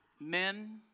Men